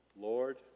Lord